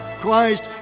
Christ